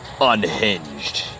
unhinged